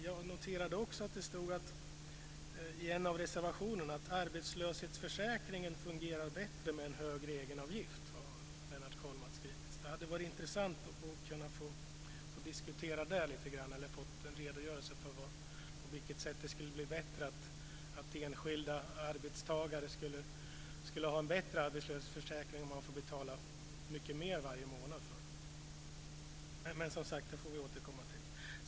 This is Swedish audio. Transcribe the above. Jag noterade också att det i en av reservationerna står att arbetslöshetsförsäkringen fungerar bättre med en högre egenavgift. Det hade varit intressant att diskutera och få en redogörelse för på vilket sätt enskilda arbetstagare skulle ha en bättre arbetslöshetsförsäkring om de fick betala mycket mer varje månad.